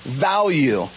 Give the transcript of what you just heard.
value